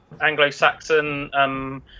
Anglo-Saxon